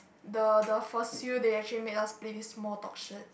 the the fossil they actually make us play this small talk shit